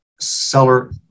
seller